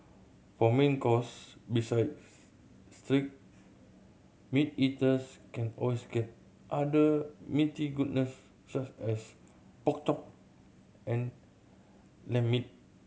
for main course besides steak meat eaters can always get other meaty goodness such as pork chop and lamb meat